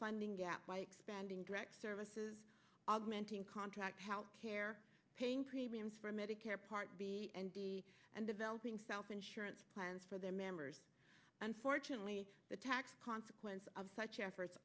funding gap by expanding direct services augmenting contracts how care paying premiums for medicare part b and b and developing south insurance plans for their members unfortunately the tax consequences of such efforts